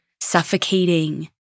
suffocating